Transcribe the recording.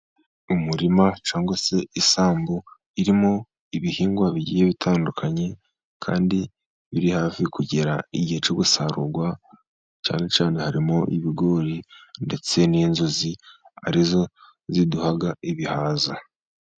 Umurima cyangwa se isambu irimo ibihingwa bigiye bitandukanye kandi biri hafi kugera igihe cyo gusarurwa, cyane cyane harimo ibigori ndetse n'inzuzi ari zo ziduha ibihaza.